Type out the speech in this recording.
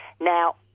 Now